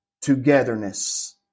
togetherness